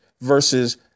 versus